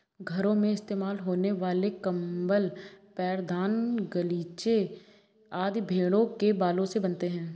घरों में इस्तेमाल होने वाले कंबल पैरदान गलीचे आदि भेड़ों के बालों से बनते हैं